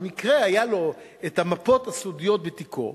במקרה היו לו המפות הסודיות בתיקו,